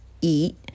eat